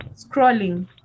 scrolling